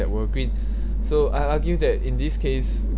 that were green so I argue that in this case